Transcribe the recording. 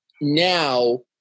now